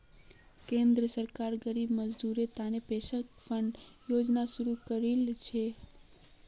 केंद्र सरकार गरीब मजदूरेर तने पेंशन फण्ड योजना शुरू करील छेक